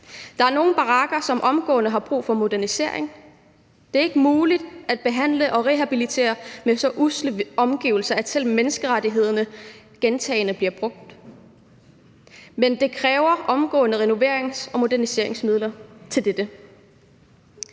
der er nogle barakker, som omgående har brug for modernisering. Det er ikke muligt at behandle og rehabilitere med så usle omgivelser, at selv menneskerettighederne gentagne gange bliver påtalt. Der kræves omgående renoverings- og moderniseringsmidler til dette